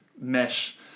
mesh